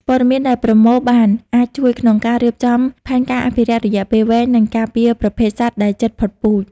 ព័ត៌មានដែលប្រមូលបានអាចជួយក្នុងការរៀបចំផែនការអភិរក្សរយៈពេលវែង និងការពារប្រភេទសត្វដែលជិតផុតពូជ។